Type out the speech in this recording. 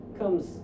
comes